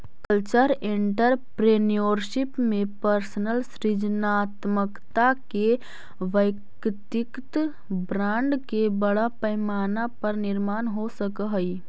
cultural entrepreneurship में personal सृजनात्मकता के वैयक्तिक ब्रांड के बड़ा पैमाना पर निर्माण हो सकऽ हई